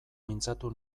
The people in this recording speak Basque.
mintzatu